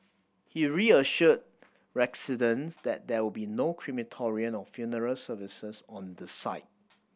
he reassured residents that there will be no crematorium or funeral services on the site